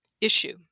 issue